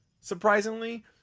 surprisingly